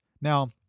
Now